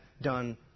done